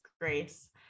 grace